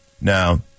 Now